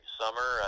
summer